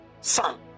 son